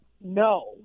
no